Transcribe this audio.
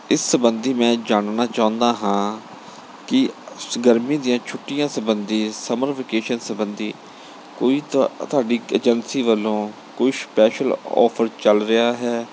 ਇਸ ਸਬੰਧੀ ਮੈਂ ਜਾਣਨਾ ਚਾਹੁੰਦਾ ਹਾਂ ਕਿ ਉਸ ਗਰਮੀ ਦੀਆਂ ਛੁੱਟੀਆਂ ਸਬੰਧੀ ਸਮਰ ਵਕੇਸ਼ਨ ਸਬੰਧੀ ਕੋਈ ਤੁ ਤੁਹਾਡੀ ਏਜੰਸੀ ਵੱਲੋਂ ਕੋਈ ਸਪੈਸ਼ਲ ਔਫਰ ਚੱਲ ਰਿਹਾ ਹੈ